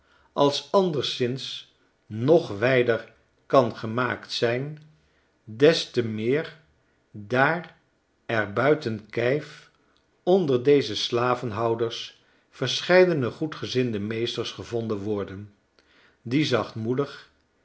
als anderszins nog wijder kan gemaakt zijn des te meer daar er buiten kijf onder deze slavenhoudersverscheidenegoedgezinde meesters gevonden worden die